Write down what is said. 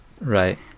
Right